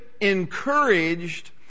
encouraged